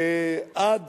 עד